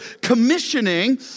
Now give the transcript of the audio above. commissioning